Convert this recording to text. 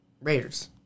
Raiders